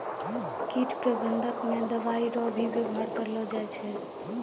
कीट प्रबंधक मे दवाइ रो भी वेवहार करलो जाय छै